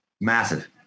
massive